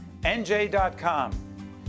NJ.com